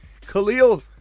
Khalil